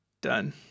Done